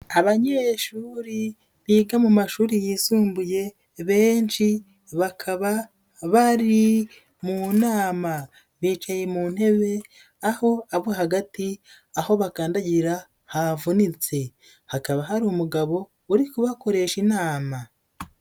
Abanyeyeshuri biga mu mashuri yisumbuye benshi bakaba bari mu nama, bicaye mu ntebe aho abo hagati aho bakandagira havunitse, hakaba hari umugabo uri kubakoresha inama.